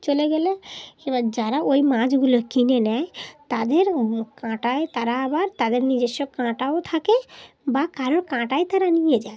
চলে গেলে এবার যারা ওই মাছগুলো কিনে নেয় তাদের কাঁটায় তারা আবার তাদের নিজস্ব কাঁটাও থাকে বা কারোর কাঁটায় তারা নিয়ে যায়